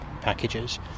packages